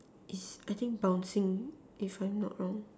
it's I think bouncing if I'm not wrong